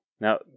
Now